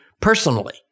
personally